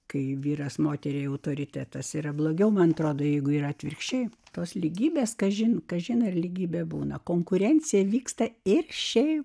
kai vyras moteriai autoritetas yra blogiau man atrodo jeigu yra atvirkščiai tos lygybės kažin kažin ar lygybė būna konkurencija vyksta ir šiaip